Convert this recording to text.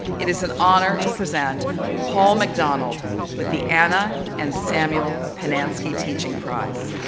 it is an honor to present paul macdonald with the anna and samuel pinanski teaching prize.